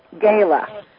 Gala